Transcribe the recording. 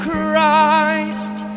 Christ